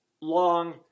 long